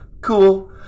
Cool